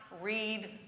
read